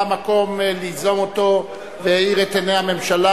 מקום ליזום אותו והאיר את עיני הממשלה,